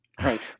Right